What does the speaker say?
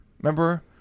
Remember